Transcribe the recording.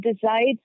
decides